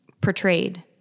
portrayed